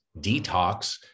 detox